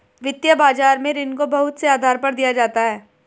वित्तीय बाजार में ऋण को बहुत से आधार पर दिया जाता है